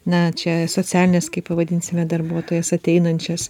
na čia socialines kaip pavadinsime darbuotojas ateinančias